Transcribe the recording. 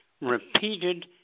repeated